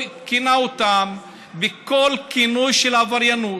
הוא כינה אותם בכל כינוי של עבריינות,